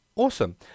awesome